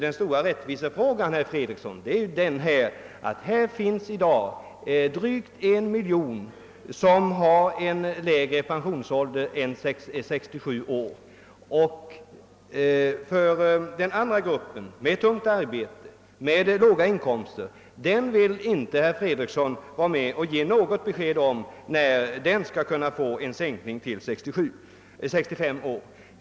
Den stora rättvisefrågan, herr Fredriksson, gäller det faktum att det i dag finns drygt en miljon människor med lägre pensionsålder än 67 år. För den här gruppen med tungt arbete och låga inkomster vill emellertid inte herr Fredriksson ge något besked om när det kan ske en sänkning till 65 år.